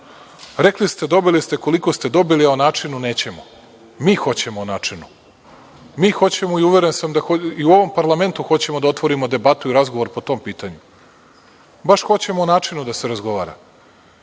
Rekli ste, dobili ste koliko ste dobili, a o načinu nećemo. Mi hoćemo o načinu. Mi hoćemo i uveren sam da i u ovom parlamentu hoćemo da otvorimo debatu i razgovor po tom pitanju. Baš hoćemo o načinu da se razgovara,